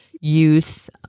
youth